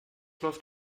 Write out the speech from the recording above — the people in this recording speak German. läuft